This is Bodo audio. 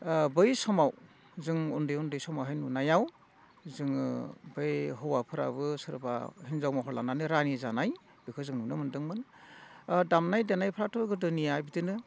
बै समाव जों उन्दै उन्दै समावहाय नुनायाव जोङो बै हौवाफोराबो सोरबा हिनजाव महर लानानै रानि जानाय बेखौ जों नुनो मोनदोंमोन दामनाय देनायफ्राथ' गोदोनिया बिदिनो